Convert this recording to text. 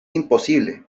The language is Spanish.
imposible